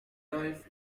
arrive